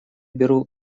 беру